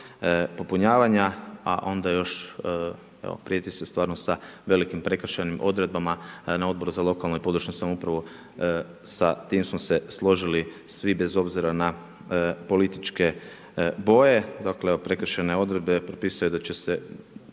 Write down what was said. popunjavanja a onda još evo prijeti se stvarno sa velikim prekršajnim odredbama na Odboru za lokalnu i područnu samoupravu, sa tim smo se složili svi bez obzira na političke boje, dakle evo prekršajne odredbe propisuje da će se,